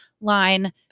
line